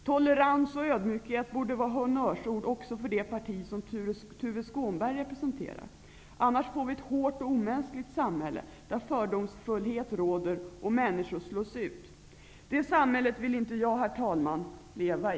Tolerans och ödmjukhet borde vara honnörsord också för det parti som Tuve Skånberg representerar. Annars får vi ett hårt och omänskligt samhälle, där fördomsfullhet råder och människor slås ut. Det samhället vill inte jag, herr talman, leva i.